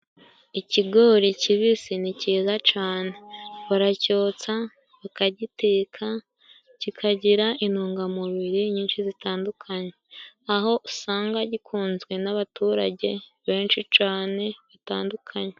Ikigori kibisi ni cyiza cane, baracyotsa, bakagiteka, kikagira intungamubiri nyinshi zitandukanye, aho usanga gikunzwe n'abaturage benshi cane batandukanye.